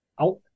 out